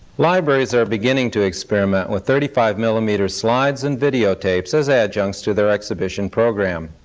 libraries are beginning to experiment with thirty five millimeter slides and video tapes as adjuncts to their exhibition program.